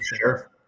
Sure